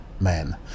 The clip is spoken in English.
men